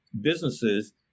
businesses